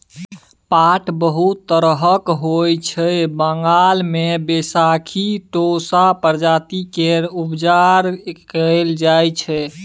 पाट बहुत तरहक होइ छै बंगाल मे बैशाखी टोसा प्रजाति केर उपजा कएल जाइ छै